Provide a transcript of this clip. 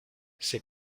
ces